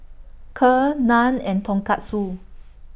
Kheer Naan and Tonkatsu